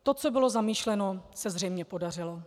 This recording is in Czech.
To, co bylo zamýšleno, se zřejmě podařilo.